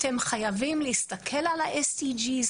אתם חייבים להסתכל על ה-SDG,